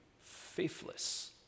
faithless